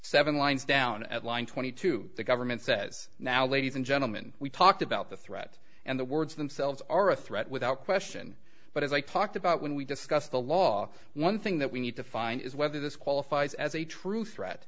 seven lines down at line twenty two the government says now ladies and gentleman we talked about the threat and the words themselves are a threat without question but as i talked about when we discuss the law one thing that we need to find is whether this qualifies as a true threat